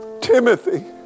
Timothy